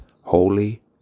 holy